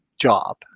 job